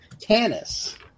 Tannis